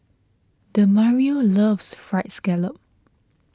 Demario loves Fried Scallop